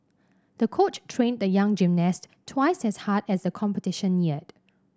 the coach trained the young gymnast twice as hard as the competition neared